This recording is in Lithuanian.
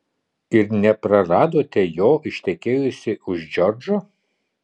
ir nepraradote jo ištekėjusi už džordžo